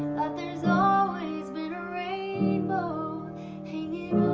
that there's always been a rainbow hangin'